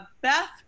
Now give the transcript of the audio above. Beth